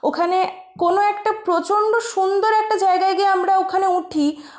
ওখানে কোনো একটা প্রচণ্ড সুন্দর একটা জায়গায় গিয়ে আমরা ওখানে উঠি